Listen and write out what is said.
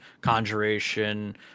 conjuration